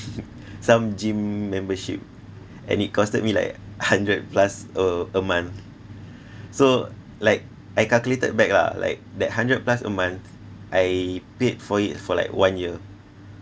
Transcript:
some gym membership and it costed me like hundred plus a a month so like I calculated back lah like that hundred plus a month I paid for it for like one year